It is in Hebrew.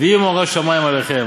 ויהי מורא שמים עליכם".